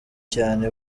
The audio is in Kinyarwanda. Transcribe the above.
cyane